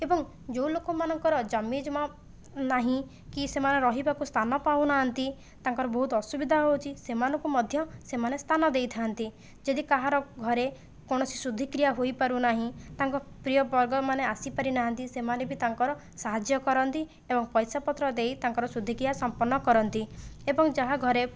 ଏବଂ ଯେଉଁ ଲୋକମାନଙ୍କର ଜମି ଜମା ନାହିଁ କି ସେମାନେ ରହିବାକୁ ସ୍ଥାନ ପାଉନାହାନ୍ତି ତାଙ୍କର ବହୁତ ଅସୁବିଧା ହେଉଛି ସେମାନଙ୍କୁ ମଧ୍ୟ ସେମାନେ ସ୍ଥାନ ଦେଇଥାନ୍ତି ଯଦି କାହାର ଘରେ କୌଣସି ଶୁଦ୍ଧିକ୍ରିୟା ହୋଇପାରୁନାହିଁ ତାଙ୍କ ପ୍ରିୟ ବର୍ଗ ମାନେ ଆସିପାରିନାହାନ୍ତି ସେମାନେ ବି ତା'ଙ୍କର ସାହାଯ୍ୟ କରନ୍ତି ଏବଂ ପଇସା ପତ୍ର ଦେଇ ତାଙ୍କର ଶୁଦ୍ଧିକ୍ରିୟା ସମ୍ପନ୍ନ କରନ୍ତି ଏବଂ ଯାହା ଘରେ